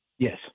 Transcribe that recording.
Yes